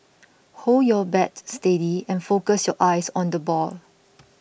hold your bat steady and focus your eyes on the ball